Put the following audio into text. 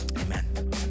amen